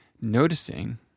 noticing